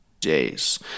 days